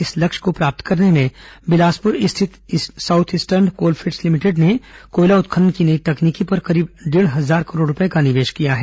इस लक्ष्य को प्राप्त करने में बिलासपुर स्थित south eastern coal field limited ने कोयला उत्खनन की नई तकनीकी पर करीब डेढ़ हजार करोड़ रूपए का निवेश किया है